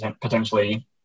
potentially